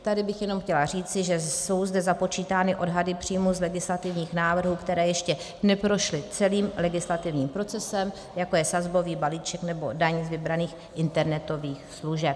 Tady bych jenom chtěla říci, že jsou zde započítány odhady příjmů z legislativních návrhů, které ještě neprošly celým legislativním procesem, jako je sazbový balíček nebo daň z vybraných internetových služeb.